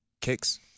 kicks